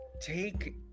Take